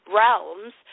realms